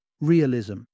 Realism